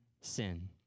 sin